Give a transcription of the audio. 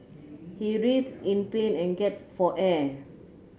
he writhed in pain and gasped for air